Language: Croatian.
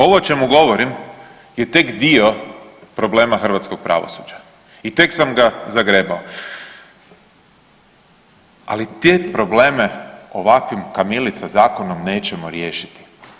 Ovo o čemu govorim je tek dio problema Hrvatskog pravosuđa i tek sam ga zagrebao, ali te probleme ovakvim kamilica Zakonom nećemo riješiti.